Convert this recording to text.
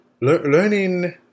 learning